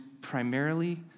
primarily